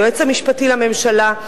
היועץ המשפטי לממשלה,